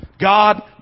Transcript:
God